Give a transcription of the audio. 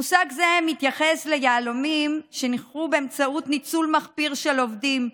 מושג זה מתייחס ליהלומים שנכרו באמצעות ניצול מחפיר של עובדים,